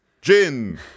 gin